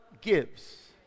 gives